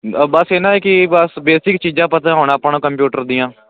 ਬਸ ਇਹਨਾ ਹੈ ਕਿ ਬਸ ਬੇਸਿਕ ਚੀਜ਼ਾਂ ਪਤਾ ਹੋਣਾ ਆਪਾਂ ਨੂੰ ਕੰਪਿਊਟਰ ਦੀਆਂ